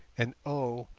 and o,